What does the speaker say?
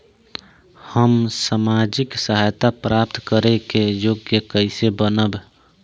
हम सामाजिक सहायता प्राप्त करे के योग्य कइसे बनब?